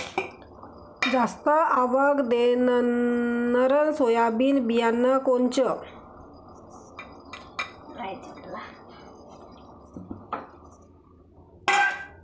जास्त आवक देणनरं सोयाबीन बियानं कोनचं?